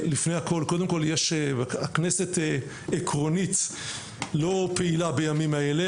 הכנסת לא פעילה בימים אלה,